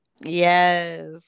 Yes